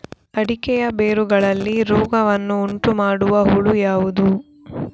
ಅಡಿಕೆಯ ಬೇರುಗಳಲ್ಲಿ ರೋಗವನ್ನು ಉಂಟುಮಾಡುವ ಹುಳು ಯಾವುದು?